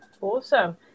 Awesome